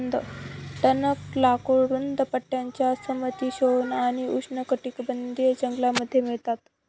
टणक लाकूड रुंद पट्ट्याच्या समशीतोष्ण आणि उष्णकटिबंधीय जंगलांमध्ये मिळतात